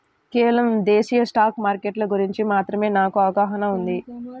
కేవలం దేశీయ స్టాక్ మార్కెట్ల గురించి మాత్రమే నాకు అవగాహనా ఉంది